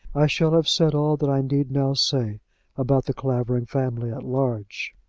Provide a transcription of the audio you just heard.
i shall have said all that i need now say about the clavering family at large.